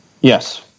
Yes